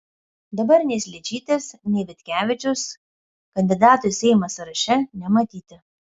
dabar nei sličytės nei vitkevičiaus kandidatų į seimą sąraše nematyti